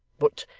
but,